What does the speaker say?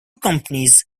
companies